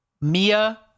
Mia